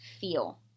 feel